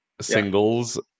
singles